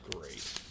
great